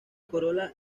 corola